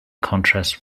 contrast